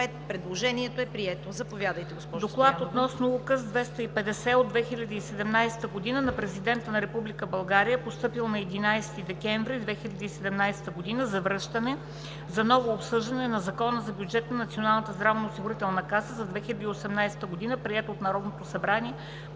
Предложението е прието. Заповядайте, госпожо Стоянова.